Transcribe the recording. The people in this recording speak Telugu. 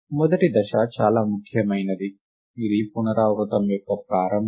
మొదటి దశ చాలా ముఖ్యమైనది ఇది పునరావృతం యొక్క ప్రారంభం